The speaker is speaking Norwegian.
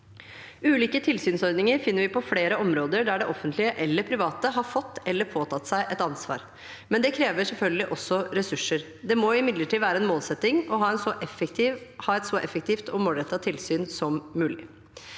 Ulike tilsynsordninger finner vi på flere områder der det offentlige eller private har fått eller påtatt seg et ansvar. Men det krever selvfølgelig også ressurser. Det må imidlertid være en målsetting å ha et så effektivt og målrettet tilsyn som mulig.